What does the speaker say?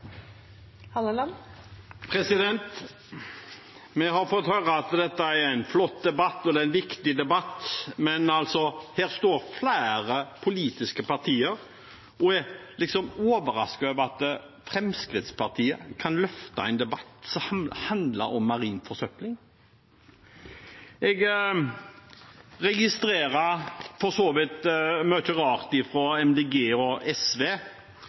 har fått høre at dette er en flott debatt, og at det er en viktig debatt, men her står flere politiske partier og liksom er overrasket over at Fremskrittspartiet kan løfte en debatt som handler om marin forsøpling. Jeg registrerer for så vidt mye rart fra Miljøpartiet De Grønne og SV,